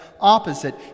opposite